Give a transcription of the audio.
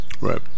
Right